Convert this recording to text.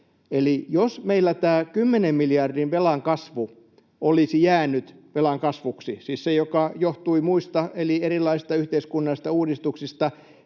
Eli jos meillä tämä 10 miljardin velanotto olisi jäänyt velan kasvuksi — siis se, joka johtui muista eli erilaista yhteiskunnallisista uudistuksista